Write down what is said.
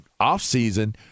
offseason